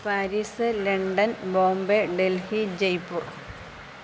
Paris London Bombay Delhi Jaipur